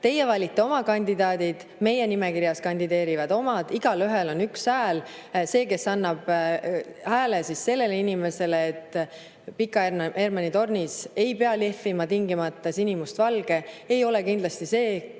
Teie valite oma kandidaadid, meie nimekirjas kandideerivad meie omad. Igaühel on üks hääl. See, kes annab hääle sellele inimesele, kes arvab, et Pika Hermanni tornis ei pea lehvima tingimata sinimustvalge, ei ole kindlasti see,